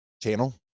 channel